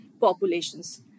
populations